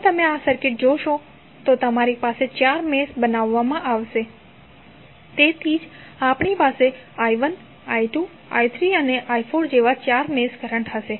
જો તમે આ સર્કિટ જોશો તો તમારી પાસે ચાર મેશ બનાવવામાં આવશે તેથી જ આપણી પાસે i1 i2 i3 અને i4 જેવા ચાર મેશ કરંટ હશે